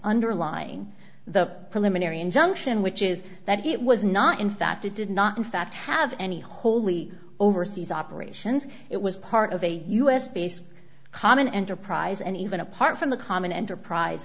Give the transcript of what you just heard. underlying the preliminary injunction which is that it was not in fact it did not in fact have any holy overseas operations it was part of a u s base common enterprise and even apart from the common enterprise